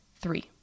Three